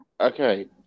Okay